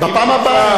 בפעם הבאה,